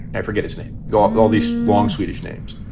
i forget his name. got all these long swedish names,